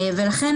ולכן,